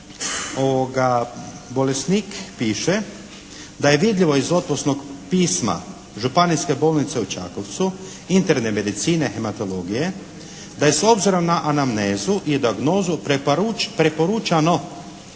bolesnik piše da je vidljivo iz otpusnog pisma Županijske bolnice u Čakovcu, Interne medicine i hematologije da je s obzirom na anamnezu i dijagnozu preporučeno